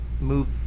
move